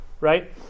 Right